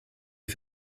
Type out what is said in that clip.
die